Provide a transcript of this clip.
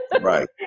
Right